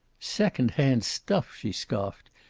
second-hand stuff! she scoffed.